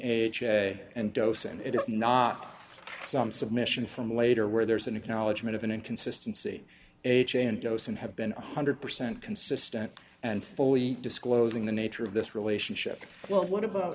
a and dos and it is not some submission from later where there's an acknowledgment of an inconsistency ha in dos and have been one hundred percent consistent and fully disclosing the nature of this relationship well what about